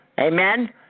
Amen